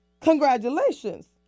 congratulations